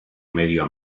medio